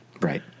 Right